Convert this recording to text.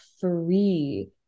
free